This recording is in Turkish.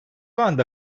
anda